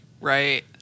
Right